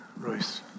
Royce